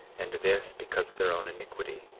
and this because of their own iniquity,